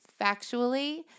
factually